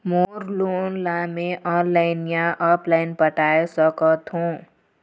मोर loan ला मैं online या ऑफलाइन पटाए सकथों?